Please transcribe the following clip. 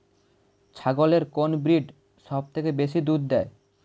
ছাগলের কোন ব্রিড সবথেকে বেশি দুধ দেয়?